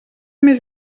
més